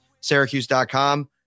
Syracuse.com